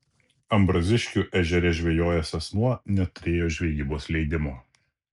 ambraziškių ežere žvejojęs asmuo neturėjo žvejybos leidimo